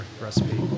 recipe